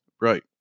right